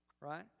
Right